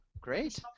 Great